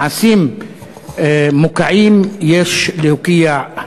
מעשים מוקעים יש להוקיע,